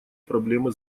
проблемы